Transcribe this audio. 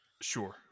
sure